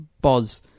buzz